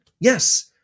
Yes